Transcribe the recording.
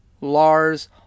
Lars